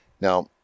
Now